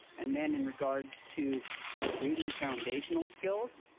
and then in regards to the reading foundational skills,